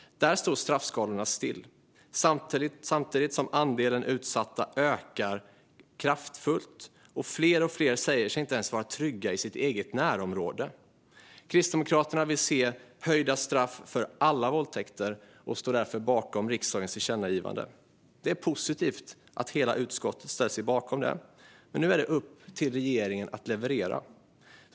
Där står straffskalorna still, samtidigt som andelen utsatta ökar kraftfullt och fler och fler säger sig inte ens vara trygga i sitt eget närområde. Kristdemokraterna vill se höjda straff för alla våldtäkter och står därför bakom riksdagens tillkännagivande. Det är positivt att hela utskottet ställt sig bakom detta. Nu är det upp till regeringen att leverera.